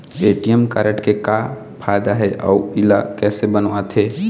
ATM card के का फायदा हे अऊ इला कैसे बनवाथे?